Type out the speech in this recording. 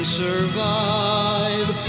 survive